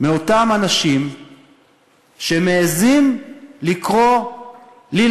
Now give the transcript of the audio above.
מאותם אנשים שמעזים לקרוא לי,